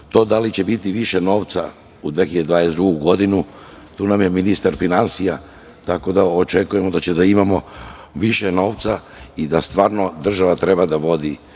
To da li će biti više novca u 2022. godini, tu nam je ministar finansija, tako da očekujemo da ćemo imati više novca i da stvarno država treba da vodi